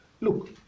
Look